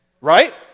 Right